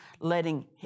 letting